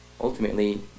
Ultimately